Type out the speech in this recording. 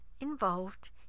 involved